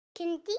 Kindy